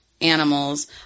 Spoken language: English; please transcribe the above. animals